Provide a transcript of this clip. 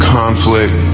conflict